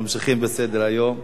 ממשיכים בסדר-היום: